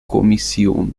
kommission